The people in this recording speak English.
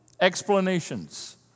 explanations